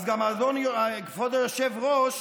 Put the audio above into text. גם האדון כבוד היושב-ראש